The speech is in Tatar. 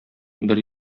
бер